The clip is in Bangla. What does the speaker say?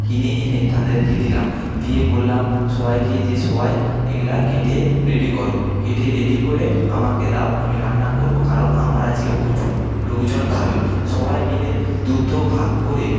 কিনে এনে তাদেরকে দিলাম দিয়ে বললাম সবাইকে যে সবাই এগুলো কেটে রেডি করো কেটে রেডি করে আমাকে দাও আমি রান্না করব কারণ আমার আজকে প্রচুর লোকজন খাবে সবাই মিলে দ্রুত ভাগ করে